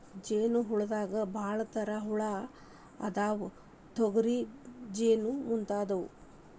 ಜೇನ ಹುಳದಾಗ ಭಾಳ ತರಾ ಹುಳಾ ಅದಾವ, ತೊಗರಿ ಜೇನ ಮುಂತಾದವು